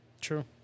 True